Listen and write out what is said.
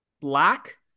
black